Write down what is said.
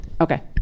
Okay